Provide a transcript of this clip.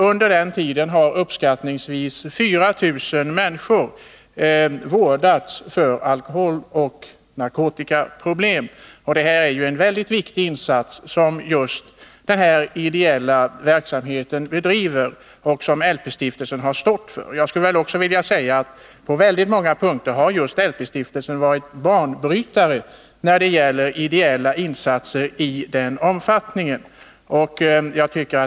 Under den tiden har uppskattningsvis 4 000 människor vårdats för alkoholoch narkotikaproblem. Detta är en mycket viktig insats som LP-stiftelsen har gjort genom sin ideella verksamhet. På många punkter har just LP-stiftelsen varit banbrytare när det har gällt ideella insatser i denna omfattning.